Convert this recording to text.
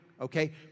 Okay